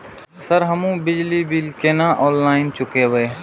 Sir हमू बिजली bill केना ऑनलाईन चुकेबे?